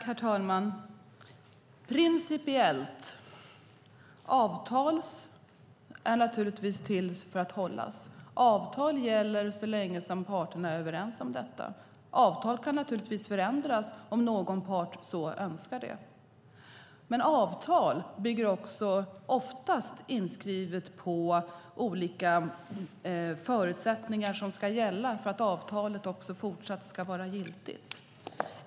Herr talman! Principiellt: Avtal är naturligtvis till för att hållas. Avtal gäller så länge som parterna är överens om detta. Avtal kan naturligtvis förändras om någon part önskar det. Men avtal bygger oftast, inskrivet, på olika förutsättningar som ska gälla för att avtalet också fortsatt ska vara giltigt.